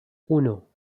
uno